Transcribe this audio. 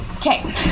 Okay